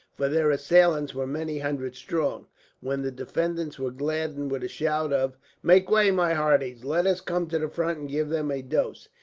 for their assailants were many hundred strong when the defenders were gladdened with a shout of make way, my hearties. let us come to the front, and give them a dose.